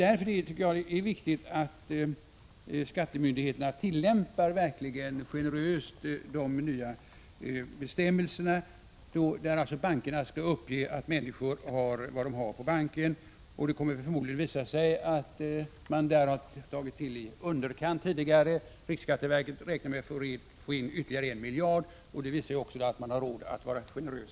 Därför tycker jag det är viktigt att skattemyndigheterna generöst tillämpar de nya bestämmelserna, enligt vilka bankerna skall uppge vad människor har på sina bankkonton. Det kommer förmodligen att visa sig att myndigheterna tagit till i underkant tidigare — riksskatteverket räknar med att få in ytterligare 1 miljard. Det visar också att man har råd att vara generös.